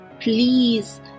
Please